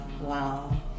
Wow